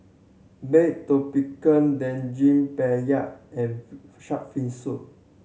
baked tapioca Daging Penyet and shark fin soup